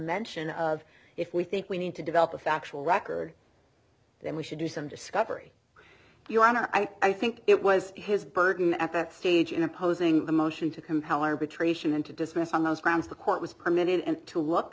mention of if we think we need to develop a factual record then we should do some discovery your honor i think it was his burden at that stage in opposing the motion to compel arbitration and to dismiss on those grounds the court was permitted to look